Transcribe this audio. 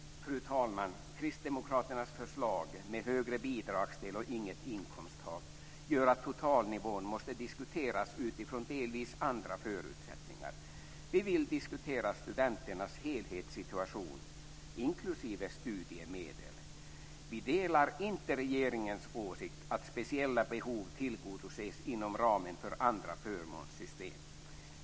Fru talman! Kristdemokraternas förslag med högre bidragsdel och inget inkomsttak gör att totalnivån måste diskuteras utifrån delvis andra förutsättningar. Vi vill diskutera studenternas helhetssituation, inklusive studiemedel. Vi delar inte regeringens åsikt att speciella behov tillgodoses inom ramen för andra förmånssystem.